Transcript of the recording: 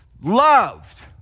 loved